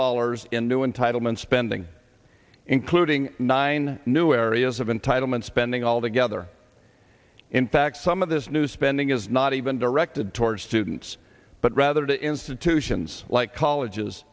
dollars in new entitlement spending including nine new areas of entitlement spending altogether in fact some of this new spending is not even directed towards students but rather to institutions like colleges